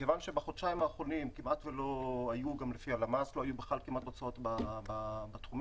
כיוון שבחודשיים האחרונים כמעט ולא היו הוצאות בתחום